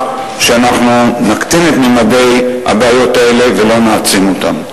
שאנחנו נקטין את ממדי הבעיות האלה ולא נעצים אותם.